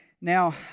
Now